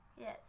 Yes